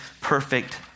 perfect